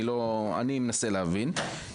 אני מנסה להבין,